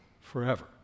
forever